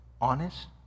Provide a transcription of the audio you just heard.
honest